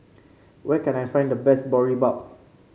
where can I find the best Boribap